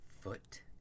foot